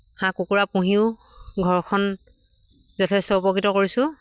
হাঁহ কুকুৰা পুহিও ঘৰখন যথেষ্ট উপকৃত কৰিছোঁ